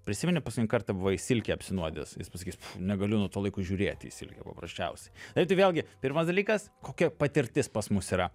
prisimeni paskutinį kartą buvai silke apsinuodijęs jis pasakys negaliu tuo laiko žiūrėti į silkę paprasčiausiai taip tai vėlgi pirmas dalykas kokia patirtis pas mus yra